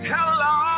Hello